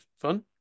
fun